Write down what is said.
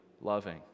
loving